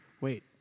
Wait